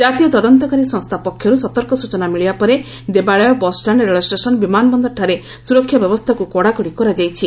ଜାତୀୟ ତଦନ୍ତକାରୀ ସଂସ୍ଥା ପକ୍ଷରୁ ସତର୍କ ସୂଚନା ମିଳିବା ପରେ ଦେବାଳୟ ବସ୍ଷାଣ୍ଡ ରେଳଷ୍ଟେସନ ବିମାନବନ୍ଦରଠାରେ ସୁରକ୍ଷା ବ୍ୟବସ୍ଥାକୁ କଡାକଡି କରାଯାଇଛି